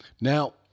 Now